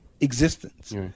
existence